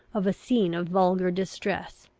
of a scene of vulgar distress.